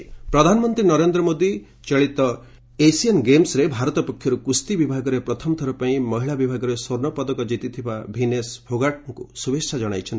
PM Phogat ପ୍ରଧାନମନ୍ତ୍ରୀ ନରେନ୍ଦ୍ର ମୋଦି ଚଳିତ Asian ଗେମ୍ସରେ ଭାରତ ପକ୍ଷରୁ କୁସ୍ତି ବିଭାଗରେ ପ୍ରଥମଥର ପାଇଁ ମହିଳା ବିଭାଗରେ ସ୍ୱର୍ଷ୍ଣ ପଦକ ଜିତିଥିବା ଭିନେସ୍ ଫୋଗାଟ୍ଙ୍କୁ ଶୁଭେଚ୍ଛା ଜଣାଇଛନ୍ତି